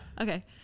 Okay